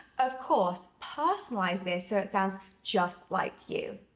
of course, personalize this so it sounds just like you.